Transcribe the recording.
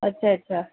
अच्छा अच्छा